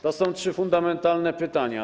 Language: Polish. To są trzy fundamentalne pytania.